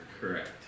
Correct